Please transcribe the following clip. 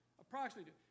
approximately